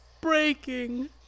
breaking